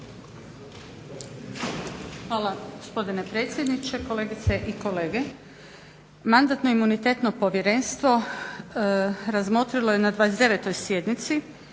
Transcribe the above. Hvala gospodine predsjedniče, kolegice i kolege. Mandatno-imunitetno povjerenstvo razmotrilo je na 29.sjednici